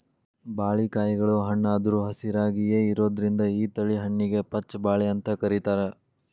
ಬಾಳಿಕಾಯಿಗಳು ಹಣ್ಣಾದ್ರು ಹಸಿರಾಯಾಗಿಯೇ ಇರೋದ್ರಿಂದ ಈ ತಳಿ ಹಣ್ಣಿಗೆ ಪಚ್ಛ ಬಾಳೆ ಅಂತ ಕರೇತಾರ